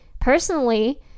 personally